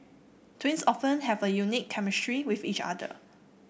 twins often have a unique chemistry with each other